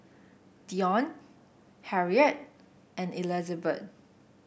Dionte Harriet and Elizabet